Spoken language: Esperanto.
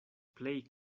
plej